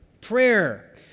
prayer